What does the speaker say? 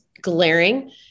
glaring